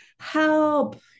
help